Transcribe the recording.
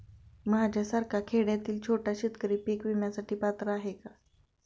माझ्यासारखा खेड्यातील छोटा शेतकरी पीक विम्यासाठी पात्र आहे का?